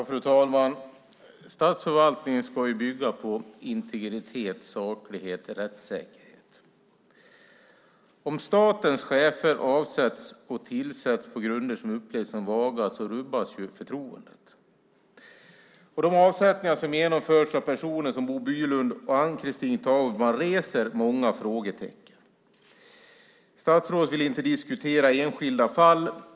Fru talman! Statsförvaltningen ska bygga på integritet, saklighet, rättssäkerhet. Om statens chefer avsätts och tillsätts på grunder som upplevs som vaga rubbas förtroendet. Och de avsättningar som genomförts av personer som Bo Bylund och Ann-Christin Tauberman reser många frågetecken. Statsrådet vill inte diskutera enskilda fall.